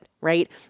right